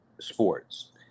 sports